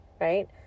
right